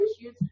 issues